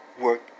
work